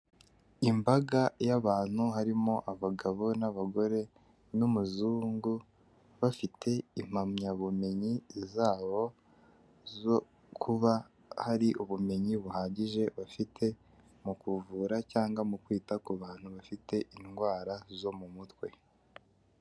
Imbaga y'abantu harimo abagabo n'abagore n'umuzungu, bafite impamyabumenyi zabo zo kuba hari ubumenyi buhagije bafite mu kuvura cyangwa mu kwita ku bantu bafite indwara zo mu mutwe